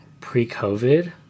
pre-COVID